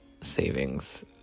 savings